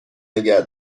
نگه